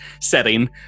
setting